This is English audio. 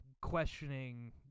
questioning